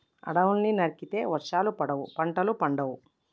అడవుల్ని నరికితే వర్షాలు పడవు, పంటలు పండవు